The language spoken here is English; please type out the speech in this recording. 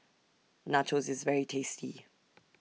Nachos IS very tasty